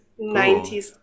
90s